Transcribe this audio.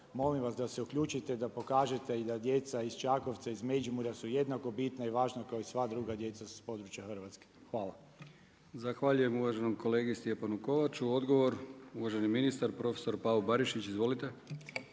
Molim vas da se uključite da pokažete i da djeca iz Čakovca iz Međimurja su jednako bitna i važna kao i sva druga djeca s područja Hrvatske. Hvala. **Brkić, Milijan (HDZ)** Zahvaljujem uvaženom kolegi Stjepanu Kovaču. Odgovor uvaženi ministar profesor Pavo Barišić. Izvolite.